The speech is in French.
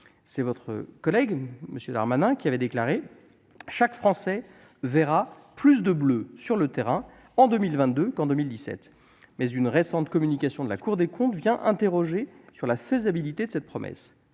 pas fonctionné. M. Darmanin a déclaré :« Chaque Français verra plus de bleu sur le terrain en 2022 qu'en 2017 », mais une récente communication de la Cour des comptes interroge sur la faisabilité de cette promesse.